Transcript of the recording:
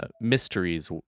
Mysteries